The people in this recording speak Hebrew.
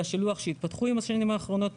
השילוח שהתפתחו עם השנים האחרונות,